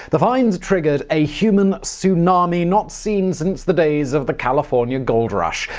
the find triggered a human tsunami not seen since the days of the california gold rush.